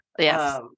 Yes